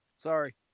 Sorry